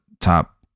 Top